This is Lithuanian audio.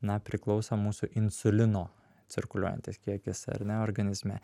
na priklauso mūsų insulino cirkuliuojantis kiekis ar ne organizme